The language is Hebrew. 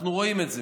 אנחנו רואים את זה.